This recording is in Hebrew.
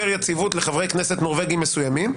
יציבות לחברי כנסת נורבגים מסוימים,